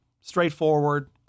straightforward